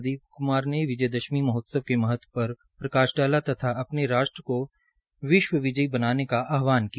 प्रदीप क्मार ने विजय दशमी महोत्सव के महत्व पर प्रकाश डाला तथा अपने भारत राष्ट्र को विश्व विजय बनाने का आहवान किया